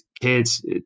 kids